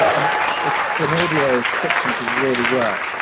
and if for an audio fiction to really work,